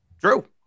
True